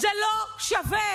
זה לא שווה.